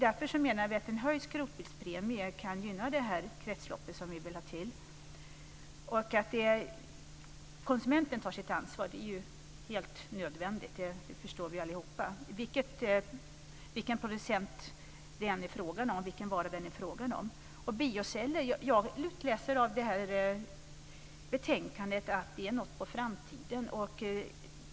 Därför menar vi att en höjd skrotningspremie kan gynna det kretslopp vi vill ha. Det är helt nödvändigt att konsumenten tar sitt ansvar. Det förstår vi alla. Det gäller vilken producent eller vara det än är fråga om. Jag utläser av betänkandet att bioceller är någonting för framtiden.